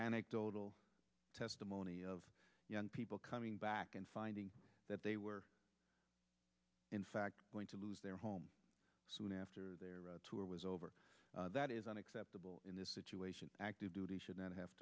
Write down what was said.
anecdotal testimony of young people coming back and finding that they were in fact going to lose their home soon after their tour was over that is unacceptable in this situation active duty should not have